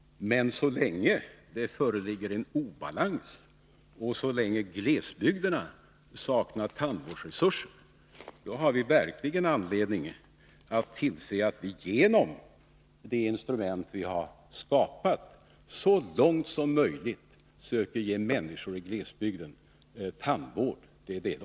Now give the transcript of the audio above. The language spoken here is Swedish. Men så länge det föreligger en obalans och så länge glesbygderna saknar tandvårdsresurser har vi verkligen anledning att se till att vi, genom det instrument vi har skapat, så långt möjligt söker ge människor i glesbygden tandvård.